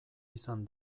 izan